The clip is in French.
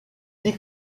dix